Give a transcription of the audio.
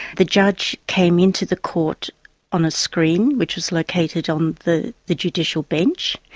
the judge came into the court on a screen, which was located on the the judicial bench.